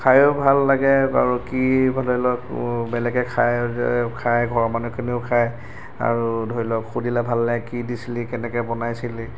খায়ো ভাল লাগে বাৰু কি বোলেলত বেলেগে খাই খাই ঘৰৰ মানুহখিনিও খাই আৰু ধৰি লওক সুধিলে ভাল লাগে কি দিছিলি কেনেকৈ বনাইছিলি